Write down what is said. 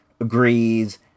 agrees